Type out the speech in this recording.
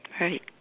Right